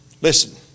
Listen